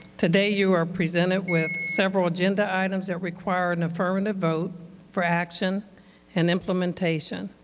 today you are presented with several agenda items that require an affirmative vote for action and implementation.